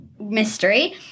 mystery